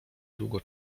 długo